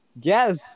Yes